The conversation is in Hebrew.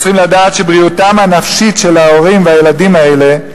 אנחנו צריכים לדעת שבריאותם הנפשית של ההורים והילדים האלה,